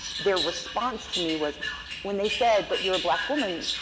their response to me was when they said, but you're a black woman,